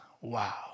Wow